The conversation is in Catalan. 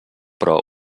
però